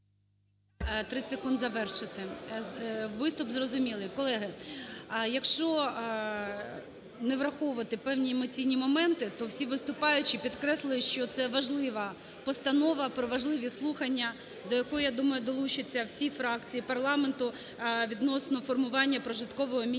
30 секунд завершити. Виступ зрозумілий. Колеги, якщо не враховувати певні емоційні моменти, то всі виступаючі підкреслили, що це важлива постанова про важливі слухання, до якої, я думаю, долучаться всі фракції парламенту, відносно формування прожиткового мінімуму